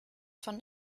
von